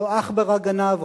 לא עכברא גנב,